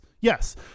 yes